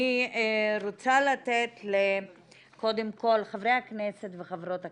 אני רוצה לתת לחברי וחברות הכנסת,